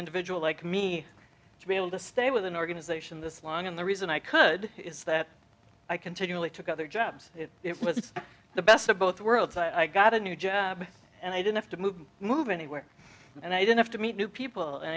individual like me to be able to stay with an organization this long and the reason i could is that i continually took other jobs it was the best of both worlds i got a new job and i didn't have to move move anywhere and i didn't have to meet new people and